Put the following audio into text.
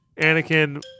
Anakin